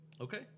Okay